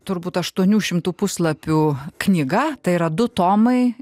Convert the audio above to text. turbūt aštuonių šimtų puslapių knyga tai yra du tomai